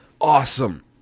awesome